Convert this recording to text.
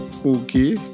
Okay